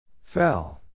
Fell